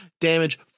Damage